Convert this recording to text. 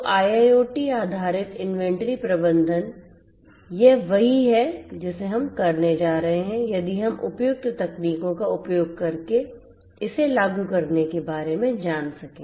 तो IIoT आधारित inventory प्रबंधन यह वही है जिसे हम करने जा रहे हैं यदि हम उपयुक्त तकनीकों का उपयोग करके इसे लागू करने के बारे में जान सकें